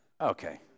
Okay